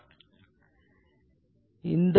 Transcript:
அதனை இப்போது நாம் காணலாம்